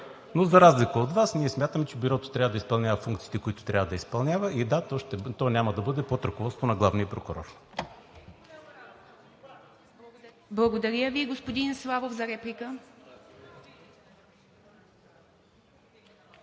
Но, за разлика от Вас, ние смятаме, че Бюрото трябва да изпълнява функциите, които трябва да изпълнява, и да, то няма да бъде под ръководството на главния прокурор. ПРЕДСЕДАТЕЛ ИВА МИТЕВА: Благодаря Ви. Господин Славов – за реплика.